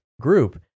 group